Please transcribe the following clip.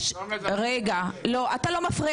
אני לא יוצאת